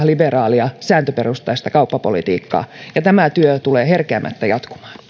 liberaalia sääntöperusteista kauppapolitiikkaa ja tämä työ tulee herkeämättä jatkumaan